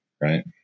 right